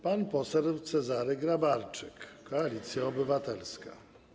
Pan poseł Cezary Grabarczyk, Koalicja Obywatelska.